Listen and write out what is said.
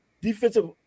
defensive